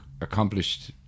accomplished